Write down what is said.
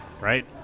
right